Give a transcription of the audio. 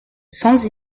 sans